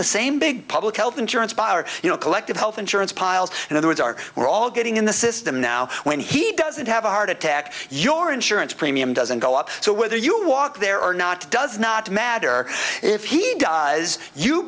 the same big public health insurance buyer you know collective health insurance piles in other words are we're all getting in the system now when he doesn't have a heart attack your insurance premium doesn't go up so whether you walk there or not does not matter if he dies you